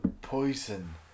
poison